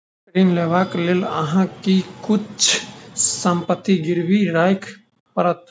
ऋण लेबाक लेल अहाँ के किछ संपत्ति गिरवी राखअ पड़त